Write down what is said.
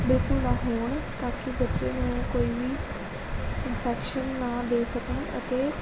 ਬਿਲਕੁਲ ਨਾ ਹੋਣ ਤਾਂ ਕਿ ਬੱਚੇ ਨੂੰ ਕੋਈ ਵੀ ਇਨਫੈਕਸ਼ਨ ਨਾ ਦੇ ਸਕਣ ਅਤੇ